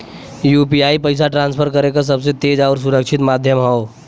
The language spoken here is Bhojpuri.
यू.पी.आई पइसा ट्रांसफर करे क सबसे तेज आउर सुरक्षित माध्यम हौ